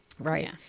Right